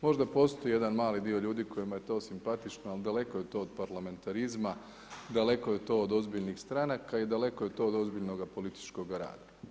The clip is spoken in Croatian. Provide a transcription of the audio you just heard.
Možda postoji jedan mali dio ljudi kojima je to simpatično ali daleko je to od parlamentarizma, daleko je to od ozbiljnih stranaka i daleko je to od ozbiljnoga političkoga rada.